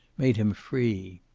made him free.